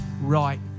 right